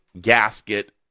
gasket